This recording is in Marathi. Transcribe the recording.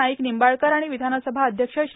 नाईक निंबाळकर आणि विधानसभा अध्यक्ष श्री